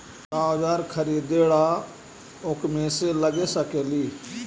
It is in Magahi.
क्या ओजार खरीदने ड़ाओकमेसे लगे सकेली?